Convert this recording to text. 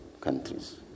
countries